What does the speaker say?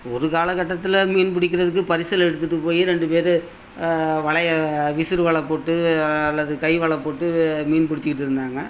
ஒரு காலகட்டத்தில் மீன் பிடிக்கிறதுக்கு பரிசல் எடுத்துகிட்டுப் போயி ரெண்டு பேரு வலையை விசுறு வலை போட்டு அல்லது கை வலை போட்டு மீன் பிடிச்சிக்கிட்ருந்தாங்க